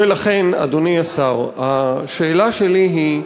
ולכן, אדוני השר, השאלה שלי היא,